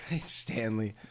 Stanley